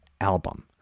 album